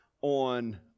on